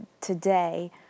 today